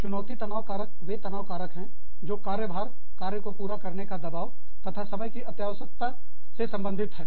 चुनौती तनाव कारक वे तनाव कारक हैं जो कार्यभार कार्य को पूरा करने का दबाव तथा समय की अत्यावश्यकता से संबंधित हैं